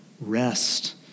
rest